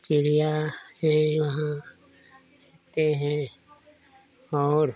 चिड़िया है वहाँ देखते हैं और